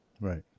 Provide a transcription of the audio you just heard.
Right